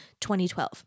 2012